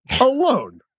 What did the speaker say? Alone